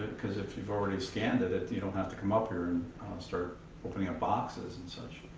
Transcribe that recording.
because if you've already scanned it it you don't have to come up here and start opening up boxes and such.